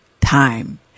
time